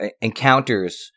encounters